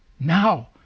Now